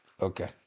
Okay